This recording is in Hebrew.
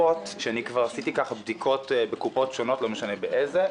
אנחנו עכשיו בקצב של כמעט 1,500 מצטרפים כל שנה.